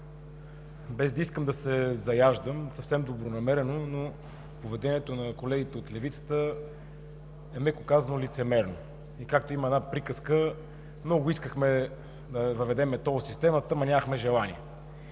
Без да искам да се заяждам, съвсем добронамерено, но поведението на колегите от Левицата е, меко казано, лицемерно. Както има една приказка: много искахме да въведем тол системата, ама нямахме желание.